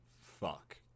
Fuck